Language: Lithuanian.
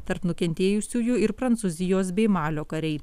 tarp nukentėjusiųjų ir prancūzijos bei malio kariai